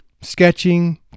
sketching